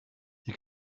you